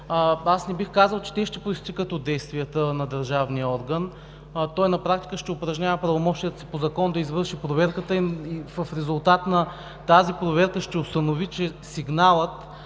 Аз не бих казал, че те ще произтекат от действията на държавния орган. Той на практика ще упражнява правомощията си по закон да извърши проверката и в резултат на тази проверка ще установи, че сигналът